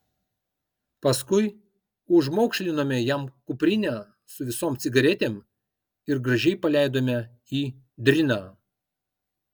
paskui užmaukšlinome jam kuprinę su visom cigaretėm ir gražiai paleidome į driną